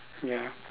ya